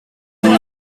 with